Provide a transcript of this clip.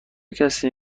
کسی